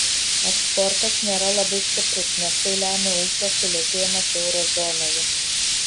eksportas nėra labai stiprus nes tai lemia ūkio sulėtėjimas euro zonoje